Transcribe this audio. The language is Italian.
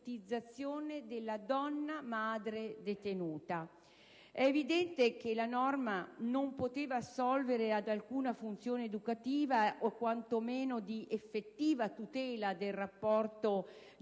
della donna madre detenuta. È evidente che la norma non poteva assolvere ad alcuna funzione educativa, o quanto meno di effettiva tutela del rapporto